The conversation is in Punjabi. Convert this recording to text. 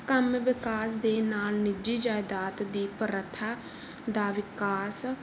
ਕੰਮ ਵਿਕਾਸ ਦੇ ਨਾਲ ਨਿੱਜੀ ਜਾਇਦਾਦ ਦੀ ਪ੍ਰਥਾ ਦਾ ਵਿਕਾਸ